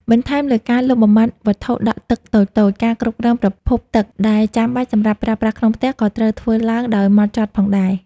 បន្ថែមលើការលុបបំបាត់វត្ថុដក់ទឹកតូចៗ ការគ្រប់គ្រងប្រភពទឹកដែលចាំបាច់សម្រាប់ប្រើប្រាស់ក្នុងផ្ទះក៏ត្រូវធ្វើឡើងដោយហ្មត់ចត់ផងដែរ។